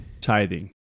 tithing